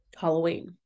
Halloween